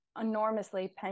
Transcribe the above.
enormously